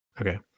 okay